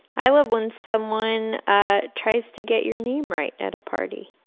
i love when someone ah tries to get your name right at a party.